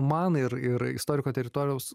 man ir ir istoriko teritorijos